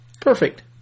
Perfect